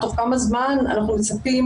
תוך כמה זמן אנחנו מצפים